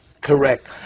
Correct